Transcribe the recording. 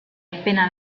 appena